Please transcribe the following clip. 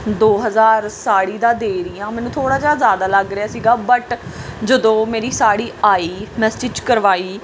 ਦੋ ਹਜ਼ਾਰ ਸਾੜੀ ਦਾ ਦੇ ਰਹੀ ਹਾਂ ਮੈਨੂੰ ਥੋੜ੍ਹਾ ਜਿਹਾ ਜ਼ਿਆਦਾ ਲੱਗ ਰਿਹਾ ਸੀਗਾ ਬਟ ਜਦੋਂ ਮੇਰੀ ਸਾੜੀ ਆਈ ਮੈਂ ਸਟਿੱਚ ਕਰਵਾਈ